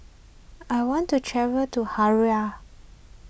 I want to travel to Harare